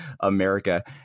America